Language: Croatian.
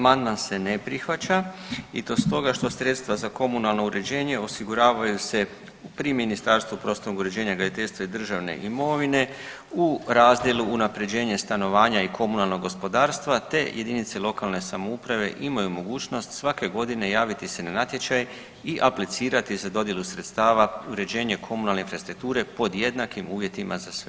Amandman se ne prihvaća i to stoga što sredstva za komunalno uređenje osiguravaju se pri Ministarstvu prostornog uređenja, graditeljstva i državne imovine u razdjelu Unapređenje stanovanja i komunalnog gospodarstva te jedinice lokalne samouprave imaju mogućnost svake godine javiti se na natječaj i aplicirati za dodjelu sredstava uređenje komunalne infrastrukture pod jednakim uvjetima za sve.